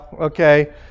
Okay